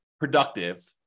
productive